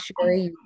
sure